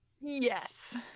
Yes